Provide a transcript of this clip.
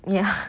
ya